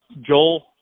joel